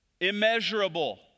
Immeasurable